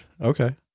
okay